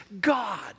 God